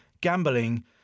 gambling